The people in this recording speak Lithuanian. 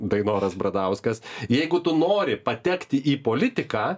dainoras bradauskas jeigu tu nori patekti į politiką